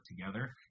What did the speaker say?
together